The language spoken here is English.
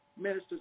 ministers